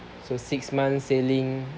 so six months sailing